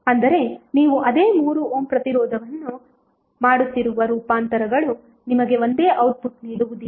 ಅಂದರೆ ನೀವು ಅದೇ 3 ಓಮ್ ಪ್ರತಿರೋಧವನ್ನು ಮಾಡುತ್ತಿರುವ ರೂಪಾಂತರಗಳು ನಿಮಗೆ ಒಂದೇ ಔಟ್ಪುಟ್ ನೀಡುವುದಿಲ್ಲ